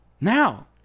Now